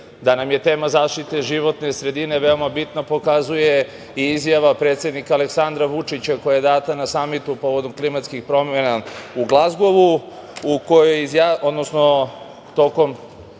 da nam je tema zaštite životne sredine veoma bitna pokazuje i izjava predsednika Aleksandra Vučića koja je data na samitu povodom klimatskih promena u Glazgovu. Tokom obraćanja je predsednik